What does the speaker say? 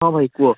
ହଁ ଭାଇ କୁହ